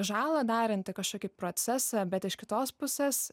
žalą daranti kašokį procesą bet iš kitos pusės